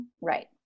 Right